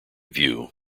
view